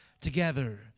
together